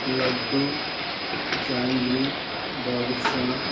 laddu jangri badusha